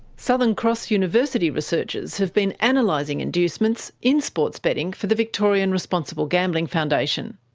southern cross university researchers have been analysing inducements in sports betting for the victorian responsible gambling foundation.